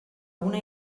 una